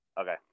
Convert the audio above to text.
Okay